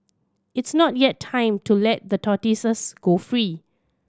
it's not yet time to let the tortoises go free